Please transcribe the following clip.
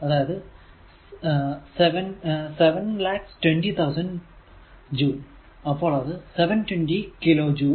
അതായതു 720000 ജൂൾ അപ്പോൾ അത് 720 കിലോ ജൂൾ